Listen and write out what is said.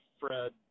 Fred